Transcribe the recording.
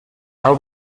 are